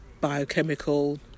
biochemical